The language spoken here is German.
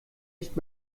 nicht